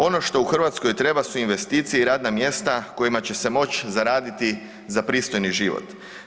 Ono što u Hrvatskoj treba su investicije i radna mjesta kojima će se moći zaraditi za pristojni život.